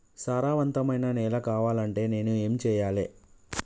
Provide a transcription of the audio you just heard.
సారవంతమైన నేల కావాలంటే నేను ఏం చెయ్యాలే?